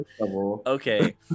Okay